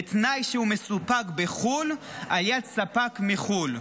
בתנאי שהוא מסופק בחו"ל על ידי ספק מחו"ל.